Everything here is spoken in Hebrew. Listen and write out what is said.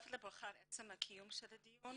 מצטרפת לברכה על עצם קיום הדיון.